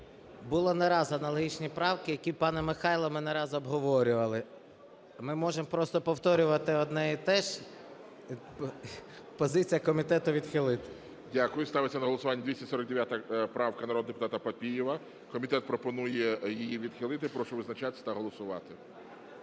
Були не раз аналогічні правки, які, пане Михайле, ми не раз обговорювали. Ми можемо просто повторювати одне і те ж. Позиція комітету – відхилити. ГОЛОВУЮЧИЙ. Дякую. Ставиться на голосування 249 правка, народного депутата Папієва. Комітет пропонує її відхилити. Прошу визначатись та голосувати.